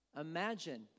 Imagine